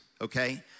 okay